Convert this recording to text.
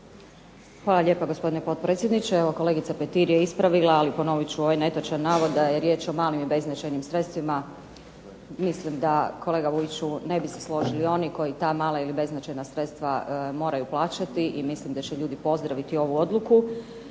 Hvala lijepa gospodine potpredsjedniče. Evo kolegica Petir je ispravila, ali ponovit ću ovaj netočan navod da je riječ o malim i beznačajnim sredstvima. Mislim da kolega Vujiću ne bi se složili oni koji ta mala ili beznačajna sredstva moraju plaćati i mislim da će ljudi pozdraviti ovu odluku.